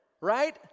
right